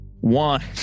One